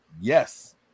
Yes